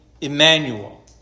Emmanuel